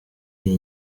iyi